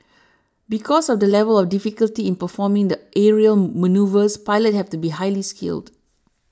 because of the level of difficulty in performing the aerial manoeuvres pilots have to be highly skilled